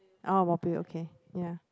I want okay ya